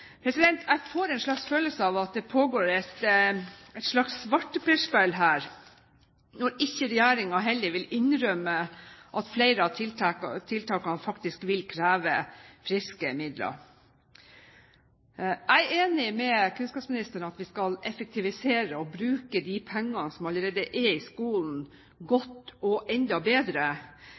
Jeg får en slags følelse av at det pågår et slags svarteperspill her, når heller ikke regjeringen vil innrømme at flere av tiltakene faktisk vil kreve friske midler. Jeg er enig med kunnskapsministeren i at vi skal effektivisere og bruke de pengene som allerede er i skolen, godt og enda bedre.